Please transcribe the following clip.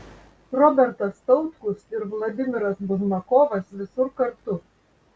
robertas tautkus ir vladimiras buzmakovas visur kartu